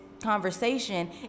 conversation